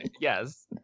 yes